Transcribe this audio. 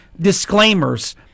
disclaimers